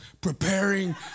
preparing